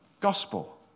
gospel